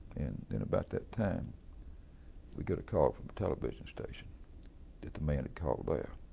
and then about that time we got a call from the television station that the man had called there.